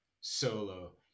solo